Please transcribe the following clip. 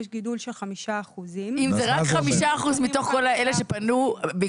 יש גידול של 5%. אם זה רק 5% מתוך כל אלה שפנו בעקבות